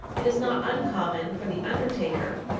it is not uncommon for the undertaker,